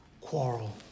quarrel